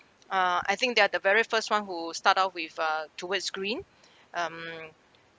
uh I think they're the very first one who start out with uh towards green um